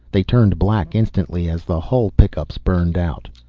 they turned black instantly as the hull pickups burned out.